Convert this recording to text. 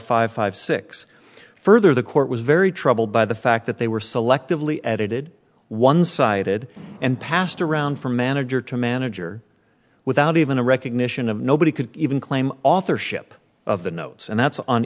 five five six further the court was very troubled by the fact that they were selectively edited one sided and passed around from manager to manager without even a recognition of nobody could even claim authorship of the notes and that's on